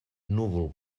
núvol